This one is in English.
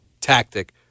tactic